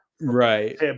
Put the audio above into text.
right